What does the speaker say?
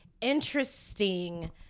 interesting